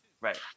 Right